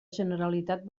generalitat